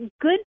good